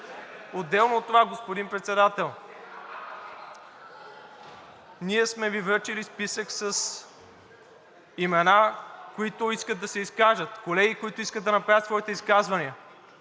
Отделно от това, господин Председател, ние сме Ви връчили списък с имена, които искат да се изкажат, колеги, които искат да направят своите изказвания.